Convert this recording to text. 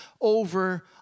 over